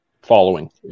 following